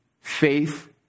faith